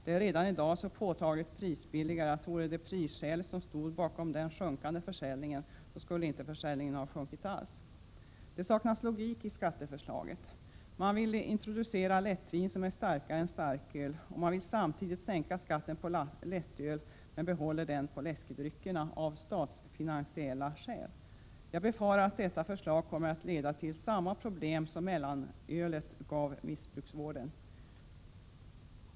Det är redan i dag så påtagligt prisbilligare, att vore det prisskälet som stod bakom det hela, skulle inte försäljningen ha sjunkit alls. Det saknas logik i skatteförslaget. Man vill introducera lättvin som är starkare än starköl, och man vill samtidigt sänka skatten på lättöl, men behåller den på läskedryckerna av statsfinansiella skäl. Jag befarar att detta förslag kommer att leda till samma problem som mellanölet gav missbruksvården.